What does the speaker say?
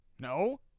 No